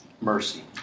Mercy